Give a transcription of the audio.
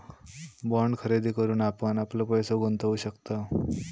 bond खरेदी करून आपण आपलो पैसो गुंतवु शकतव